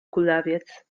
kulawiec